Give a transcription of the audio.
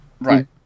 right